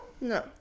no